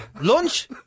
Lunch